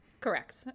Correct